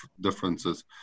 differences